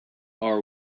are